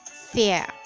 fear